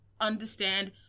understand